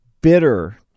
bitter